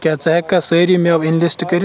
کیٛاہ ژٕ ہیٚکھا سٲری مٮ۪وٕ اینلسٹ کٔرِتھ؟